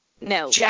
No